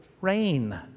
rain